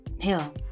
hell